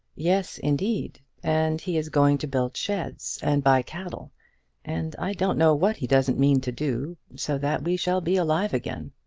yes, indeed and he is going to build sheds, and buy cattle and i don't know what he doesn't mean to do so that we shall be alive again.